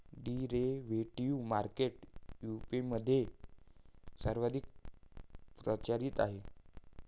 derivative market युरोपमध्ये सर्वाधिक प्रचलित आहे